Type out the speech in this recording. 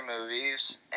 movies